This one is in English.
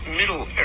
middle